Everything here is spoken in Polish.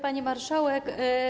Pani Marszałek!